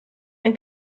ein